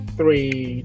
Three